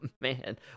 Man